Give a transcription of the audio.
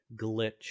glitch